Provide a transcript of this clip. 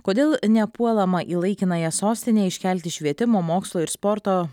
kodėl nepuolama į laikinąją sostinę iškelti švietimo mokslo ir sporto